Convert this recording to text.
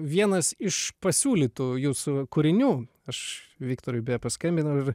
vienas iš pasiūlytų jūsų kūrinių aš viktorui beje paskambinau ir